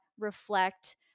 reflect